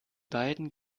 beiden